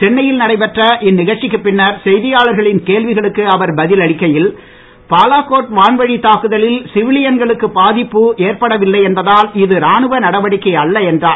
சென்னையில் நடைபெற்ற இந்நிகழ்ச்சிக்கு பின்னர் செய்தியாளர்களின் கேள்விகளுக்கு அவர் பதில் அளிக்கையில் பாலாகோட் வான்வழி தாக்குதலில் சிவிலியன்களுக்கு பாதிப்பு ஏற்படவில்லை என்பதால் இது ராணுவ நடவடிக்கை அல்ல என்றார்